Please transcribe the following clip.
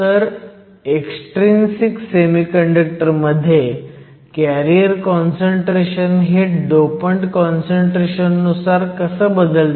तर extrinsic semiconductor मध्ये carrier concentration हे डोपंट काँसंट्रेशन नुसार कसं बदलतं